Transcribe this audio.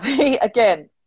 again